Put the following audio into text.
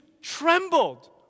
trembled